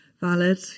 Valid